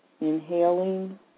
inhaling